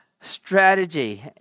strategy